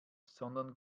sondern